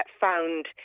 found